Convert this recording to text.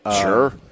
Sure